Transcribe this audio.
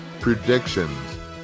Predictions